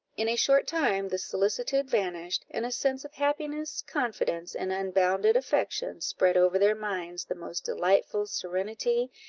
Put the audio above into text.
in a short time this solicitude vanished, and a sense of happiness, confidence, and unbounded affection spread over their minds the most delightful serenity,